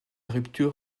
rupture